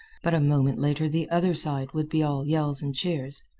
but a moment later the other side would be all yells and cheers.